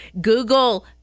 Google